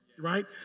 Right